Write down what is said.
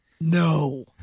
No